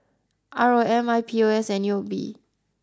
R O M I P O S and U O B